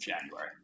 January